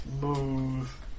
move